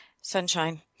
sunshine